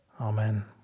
Amen